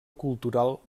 cultural